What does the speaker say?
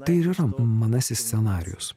tai ir yra manasis scenarijus